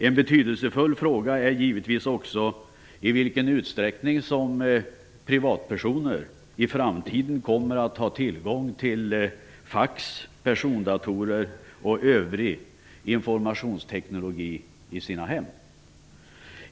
En betydelsefull fråga är givetvis också i vilken utsträckning som privatpersoner i framtiden kommer att ha tillgång till fax, persondatorer och övrig informationsteknik i sina hem.